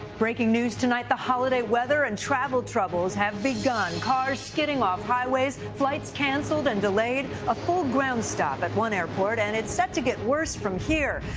breaking news tonight. the holiday weather and travel troubles have begun. cars skidding off highways, flights canceled and delayed. ah full ground stop at one airport. and it's said to get worse from here.